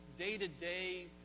day-to-day